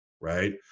right